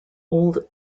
old